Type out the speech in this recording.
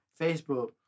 Facebook